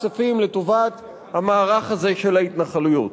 כספים לטובת המערך הזה של ההתנחלויות.